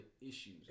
issues